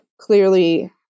clearly